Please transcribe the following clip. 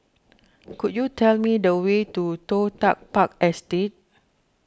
could you tell me the way to Toh Tuck Park Estate